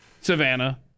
Savannah